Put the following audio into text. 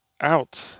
Out